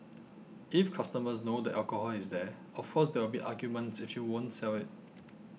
if customers know the alcohol is there of course there will be arguments if you won't sell it